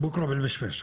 "בוקרה פיל מישמיש".